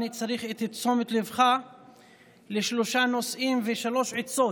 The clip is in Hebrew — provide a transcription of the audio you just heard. אני צריך את תשומת ליבך לשלושה נושאים ושלוש עצות.